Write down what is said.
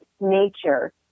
nature